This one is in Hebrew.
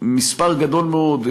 מספר גדול מאוד,